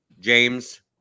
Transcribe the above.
James